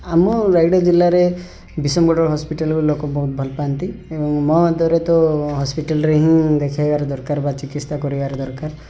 ଆମ ରାୟଗଡ଼ା ଜିଲ୍ଲାରେ ବିଷମ ଗଡ଼ର ହସ୍ପିଟାଲ୍ ଲୋକ ବହୁତ ଭଲ ପାଆନ୍ତି ଏବଂ ମୋ ମତରେ ତ ହସ୍ପିଟାଲ୍ରେ ହିଁ ଦେଖେଇବାର ଦରକାର ବା ଚିକିତ୍ସା କରିବାର ଦରକାର